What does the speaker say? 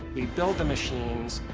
we build the machines,